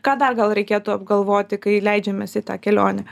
ką dar gal reikėtų apgalvoti kai leidžiamės į tą kelionę